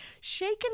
shaken